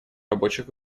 рабочих